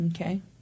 Okay